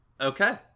Okay